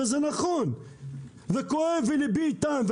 וזה נכון וכואב ולבי איתם,